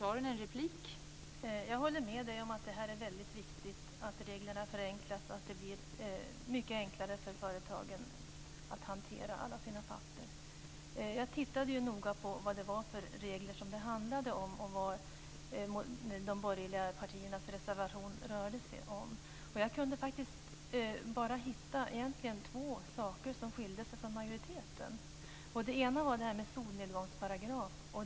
Fru talman! Jag håller med Karin Falkmer om att det är viktigt att reglerna förenklas så att det blir mycket enklare för företagen att hantera alla sina papper. Jag läste väldigt noga vad de borgerliga partiernas reservation rörde sig om för regler. Jag kunde bara hitta två saker som skilde sig från majoritetens förslag. Först var det detta med solnedgångsparagraf.